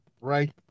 right